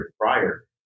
prior